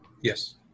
Yes